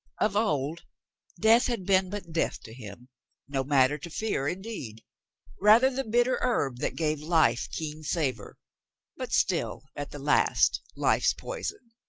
of old death had been but death to him no matter to fear, indeed rather the bitter herb that gave life keen savor but still at the last life's poison.